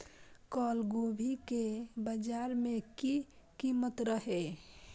कल गोभी के बाजार में की कीमत रहे?